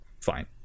fine